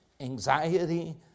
anxiety